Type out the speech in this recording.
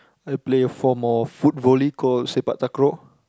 I play for more foot volley called Sepak-Takraw